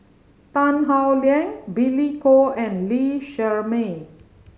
Tan Howe Liang Billy Koh and Lee Shermay